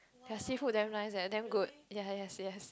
their seafood damn nice eh damn good ya yes yes